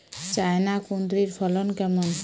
China কুঁদরীর ফলন কেমন?